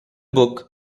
book